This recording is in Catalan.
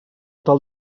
tal